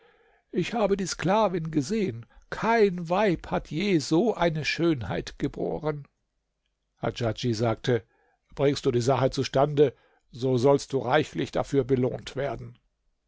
ich habe die sklavin gesehen kein weib hat je so eine schönheit geboren hadjadj sagte bringst du die sache zustande so sollst du reichlich dafür belohnt werden